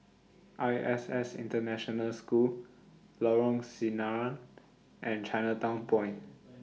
I S S International School Lorong Sinaran and Chinatown Point